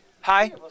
Hi